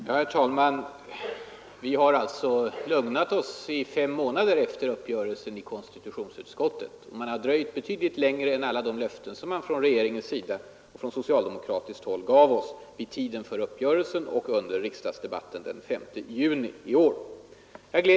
Herr talman! Vi har alltså ”lugnat oss” i fem månader efter uppgörelsen i konstitutionsutskottet. Man har dröjt betydligt längre än som från socialdemokratiskt håll utlovades vid tiden för uppgörelsen och under riksdagsdebatten den 5 juni i år.